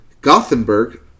Gothenburg